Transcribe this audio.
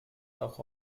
auch